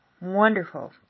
Wonderful